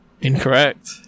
incorrect